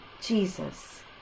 Jesus